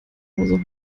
hause